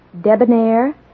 debonair